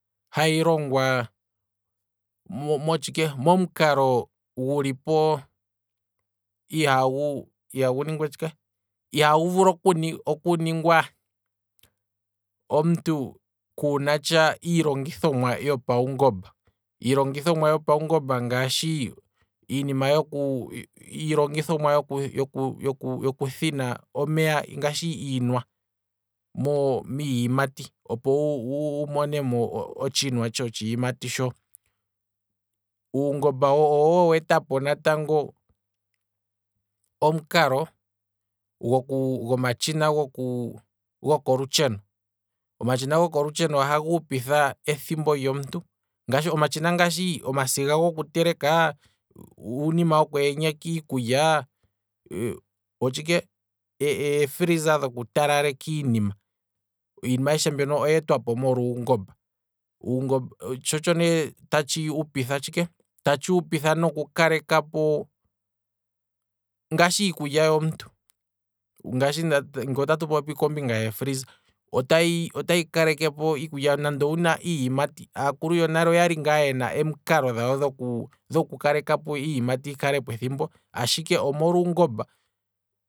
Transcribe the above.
Hayi longwa motshike, momukalo gu lipo ihagu, ihagu ningwa tshike, ihagu vulu oku- oku ningwa omuntu kunatsha iilongithomwa yopawungomba, iilongithomwa yopawungomba ngaashi iinima yoku, iilongithomwa yoku yoku yokuthina omeya ngaashi iinwa miiyimati opo wu monemo otshinwa tsho tshiyimati, uungomba owo weetapo natango omukalo gomatshina goko lutsheno, omatshina gokolutsheno ohaga hupitha ethimbo lyomuntu, omatshina ngaashi omasiga goku teleka, uunima wo kweenyeka iikulya, otshike ee freezer dhoku ta laleka iinima, iinima ayishe mbyono oyeetwapo molwa uungomba, tsho otsho ne tatshi hupitha tshike tatshi upitha noku kalekapo ngaashi iikulya yomuntu, ngaashi ngele otatu popi kombinga yee freezer, otayi otayi kalekepo iikulya nande owuna iiyimati, aakulu yonale oyali ngaa yena em'kalo dhawo dhoku dhoku kalekapo iiyimati yawo yi kalepo ethimbo, ashike omolwa uungomba